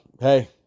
hey